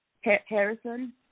Harrison